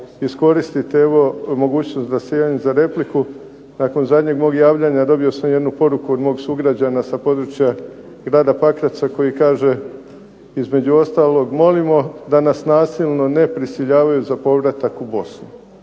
iskoristiti mogućnost da se javim za repliku, nakon zadnjeg mog javljanja dobio sam jednu poruku od mog sugrađana sa područja grada Pakraca koji kaže između ostalog, molimo da nas nasilno ne prisiljavaju za povratak u Bosnu.